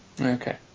Okay